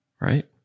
Right